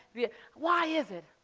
yeah why is it?